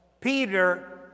Peter